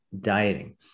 dieting